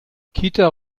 kita